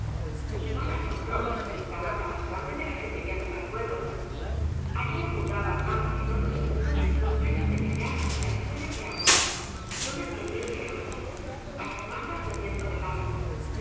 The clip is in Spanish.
iban al bolodró la mata más grande de las inmediatas al pueblo allí abundaban más que en otros puntos los galios de cañar y las pollas de agua tonet quería ir lejos á las matas del centro del lago